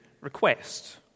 request